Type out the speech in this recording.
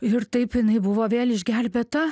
ir taip jinai buvo vėl išgelbėta